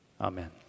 Amen